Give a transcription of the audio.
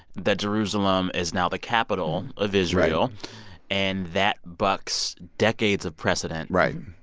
that jerusalem is now the capital of israel and that bucks decades of precedent right.